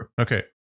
Okay